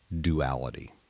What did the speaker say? duality